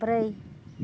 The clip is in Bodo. ब्रै